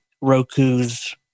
Roku's